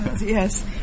Yes